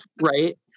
Right